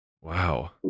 Wow